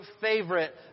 favorite